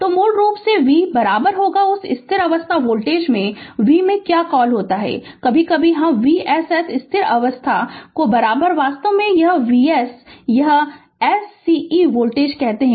तो मूल रूप से v उस स्थिर अवस्था वोल्टेज में v में क्या कॉल होता है कभी कभी हम Vss स्थिर अवस्था वास्तव में Vs यह sce वोल्टेज कहते हैं